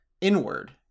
inward